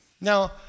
Now